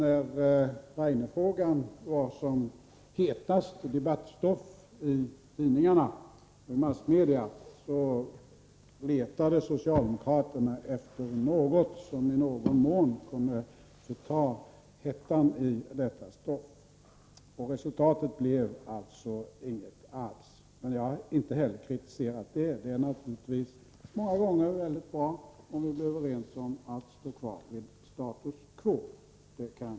När Rainerfrågan var som hetast som debattstoff i massmedia letade socialdemokraterna efter något som i någon mån kunde förta hettan i detta stoff. Det blev alltså inte alls något resultat. Jag har inte heller kritiserat detta. Det är många gånger bra om vi blir överens om att stå kvar vid status quo.